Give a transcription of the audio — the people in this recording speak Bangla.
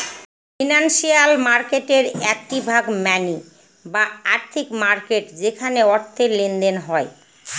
ফিনান্সিয়াল মার্কেটের একটি ভাগ মানি বা আর্থিক মার্কেট যেখানে অর্থের লেনদেন হয়